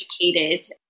educated